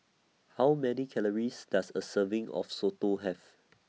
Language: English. How Many Calories Does A Serving of Soto Have